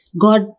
God